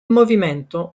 movimento